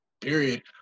period